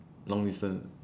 long distance